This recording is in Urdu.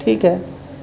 ٹھیک ہے